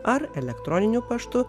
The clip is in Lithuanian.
ar elektroniniu paštu